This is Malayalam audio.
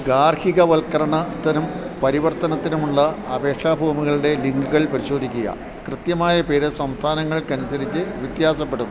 ഗാർഹിക വൽക്കരണത്തിനും പരിവർത്തനത്തിനുമുള്ള അപേക്ഷാ ഫോമുകളുടെ ലിങ്കുകൾ പരിശോധിക്കുക കൃത്യമായ പേര് സംസ്ഥാനങ്ങൾക്ക് അനുസരിച്ച് വ്യത്യാസപ്പെടുന്നു